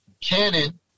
canon